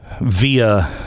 Via